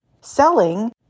selling